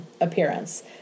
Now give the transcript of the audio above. appearance